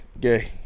Gay